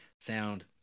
sound